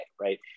right